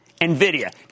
NVIDIA